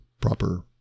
proper